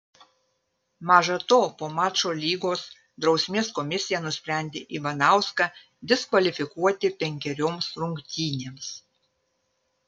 maža to po mačo lygos drausmės komisija nusprendė ivanauską diskvalifikuoti penkerioms rungtynėms